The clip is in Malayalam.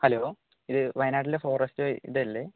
ഹലോ ഇത് വയനാട്ടിലെ ഫോറസ്റ്റ് ഇതല്ലേ